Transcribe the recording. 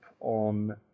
on